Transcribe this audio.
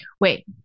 Wait